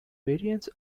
variance